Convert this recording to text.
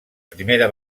primera